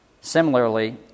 Similarly